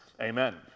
Amen